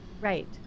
Right